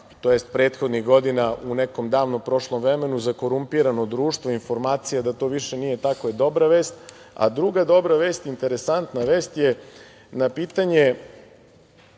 tj. prethodnih godina, u nekom davno prošlom vremenu, za korumpirano društvo, informacija da to više nije tako je dobra vest, ali druga dobra vest, interesantna vest, na pitanje